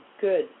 good